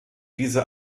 diese